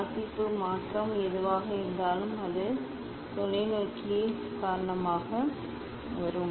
வாசிப்பு மாற்றம் எதுவாக இருந்தாலும் அது தொலைநோக்கி காரணமாக வரும்